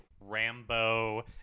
Rambo